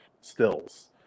stills